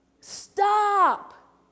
Stop